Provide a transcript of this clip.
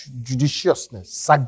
Judiciousness